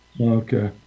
Okay